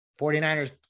49ers